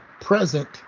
present